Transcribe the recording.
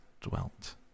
dwelt